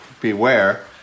Beware